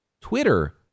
twitter